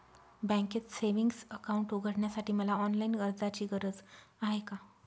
बँकेत savings account उघडण्यासाठी मला ऑनलाईन अर्जाची गरज आहे का?